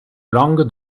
langue